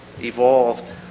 evolved